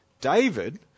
David